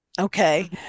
Okay